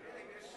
אדוני,